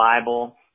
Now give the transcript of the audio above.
Bible